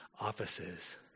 offices